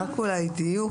אבקש לדייק.